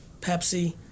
Pepsi